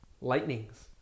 lightnings